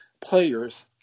players